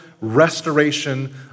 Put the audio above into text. restoration